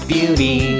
Beauty